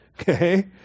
Okay